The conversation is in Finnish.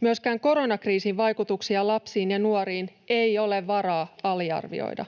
Myöskään koronakriisin vaikutuksia lapsiin ja nuoriin ei ole varaa aliarvioida.